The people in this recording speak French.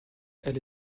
elle